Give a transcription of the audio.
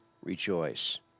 rejoice